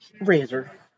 Razor